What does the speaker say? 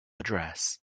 address